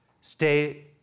Stay